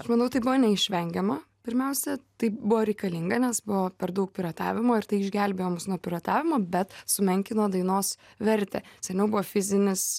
aš manau tai buvo neišvengiama pirmiausia tai buvo reikalinga nes buvo per daug piratavimo ir tai išgelbėjo mus nuo piratavimo bet sumenkino dainos vertę seniau buvo fizinis